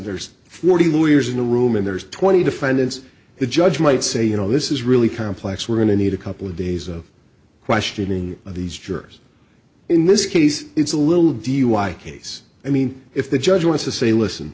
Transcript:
there's forty lawyers in the room and there's twenty defendants the judge might say you know this is really complex we're going to need a couple of days of questioning of these jurors in this case it's a little dui case i mean if the judge wants to say listen